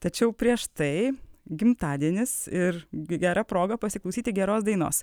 tačiau prieš tai gimtadienis ir gera proga pasiklausyti geros dainos